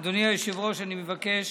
אדוני היושב-ראש, אני מבקש